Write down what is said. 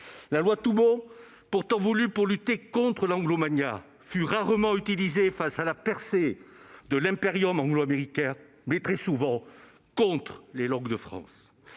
française, pourtant voulue pour lutter contre l', fut rarement utilisée face à la percée de l'impérium anglo-américain, mais très souvent contre les langues de France.